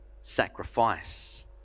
sacrifice